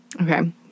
Okay